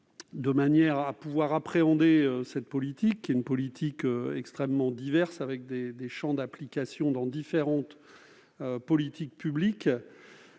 De manière à bien appréhender cette politique, qui est extrêmement diverse, avec des champs d'application dans différentes politiques publiques,